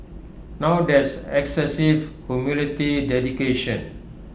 now that's excessive humility dedication